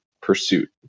pursuit